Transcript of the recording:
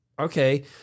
okay